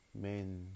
men